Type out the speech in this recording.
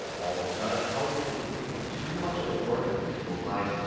all because housing is becoming too much of a burden in people's lives,